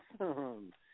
Awesome